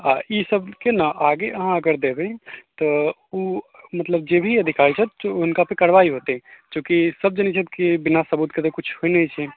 आओर ई सबके ने आगे अहाँ अगर देबै तऽ ओ मतलब जे भी अधिकारी छथि हुनकापर कारवाही हेतै चूँकि सब जानैत छथि कि बिना सबूतके तऽ किछु होइ नहि छै